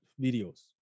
videos